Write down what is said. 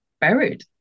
buried